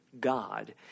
God